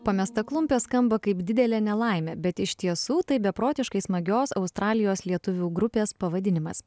pamesta klumpė skamba kaip didelė nelaimė bet iš tiesų tai beprotiškai smagios australijos lietuvių grupės pavadinimas